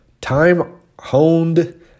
time-honed